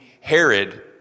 Herod